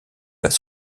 pas